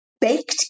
baked